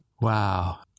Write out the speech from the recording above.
Wow